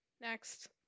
Next